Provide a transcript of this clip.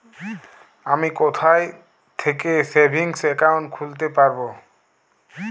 আমি কোথায় থেকে সেভিংস একাউন্ট খুলতে পারবো?